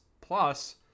plus